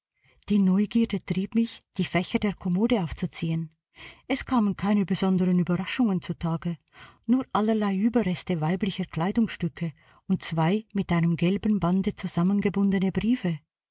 die neugierde trieb mich die fächer der kommode aufzuziehen es kamen keine besonderen überraschungen zutage nur allerlei überreste weiblicher kleidungsstücke und zwei mit einem gelben bande zusammengebundene briefe